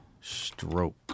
stroke